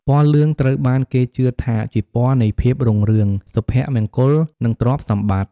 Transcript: ពណ៌លឿង ត្រូវបានគេជឿថាជាពណ៌នៃភាពរុងរឿង សុភមង្គល និងទ្រព្យសម្បត្តិ។